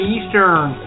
Eastern